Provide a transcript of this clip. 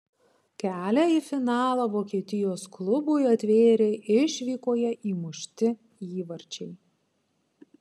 kelią į finalą vokietijos klubui atvėrė išvykoje įmušti įvarčiai